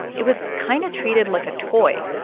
it was kind of treated like a toy.